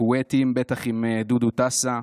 הכוויתים, בטח עם דודו טסה,